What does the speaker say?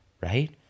right